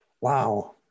Wow